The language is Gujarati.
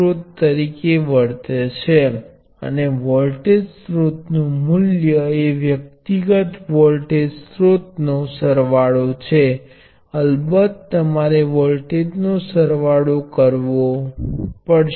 તેથી આપણે તે બધા કિસ્સાઓ જોયા છે અલબત્ત સમાન તત્વોનું શ્રેણીબદ્ધ સંયોજન લેવામાં શ્રેણી સંયોજન પણ સમાન તત્વ જેવું લાગે છે અને તેના મૂલ્યમાં કોઈ રીતે ફેરફાર કરવામાં આવે છે